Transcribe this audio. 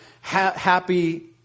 happy